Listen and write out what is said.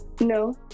No